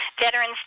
Veterans